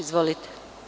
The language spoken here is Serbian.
Izvolite.